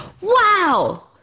Wow